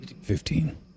Fifteen